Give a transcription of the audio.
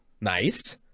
Nice